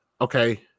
okay